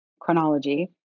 chronology